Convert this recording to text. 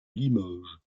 limoges